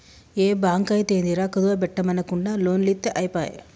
ఏ బాంకైతేందిరా, కుదువ బెట్టుమనకుంట లోన్లిత్తె ఐపాయె